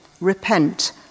Repent